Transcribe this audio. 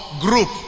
Group